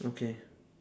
okay